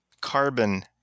Carbon